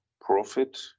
profit